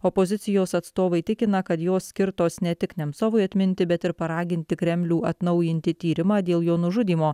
opozicijos atstovai tikina kad jos skirtos ne tik nemcovui atminti bet ir paraginti kremlių atnaujinti tyrimą dėl jo nužudymo